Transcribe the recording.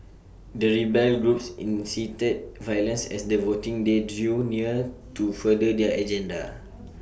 the rebel groups incited violence as the voting day drew near to further their agenda